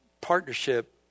partnership